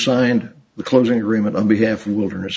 signed the closing agreement on behalf of wilderness